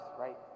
right